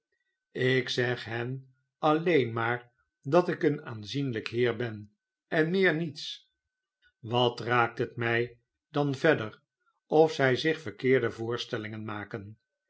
ik zeg hen alleen maar dat ikeen aanzienlijk heer ben en meer niets wat raakt het mij dan verder of zij zich verkeerde voorstellingen maken